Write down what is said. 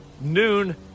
Noon